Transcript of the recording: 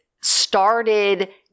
started